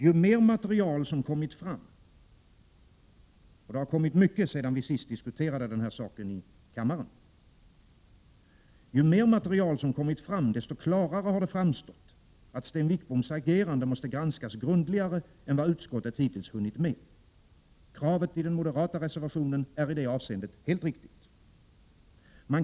Ju mer material som kommit fram, och det har kommit mycket sedan vi sist diskuterade den här saken i kammaren, desto klarare har det framstått att Sten Wickboms agerande måste granskas grundligare än vad utskottet hittills hunnit med. Kravet i den moderata reservationen är i det avseende helt riktigt.